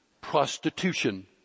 Prostitution